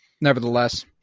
Nevertheless